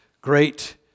great